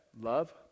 love